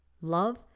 love